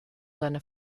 seiner